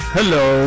Hello